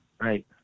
right